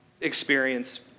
experience